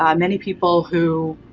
um many people who